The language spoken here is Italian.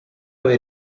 avere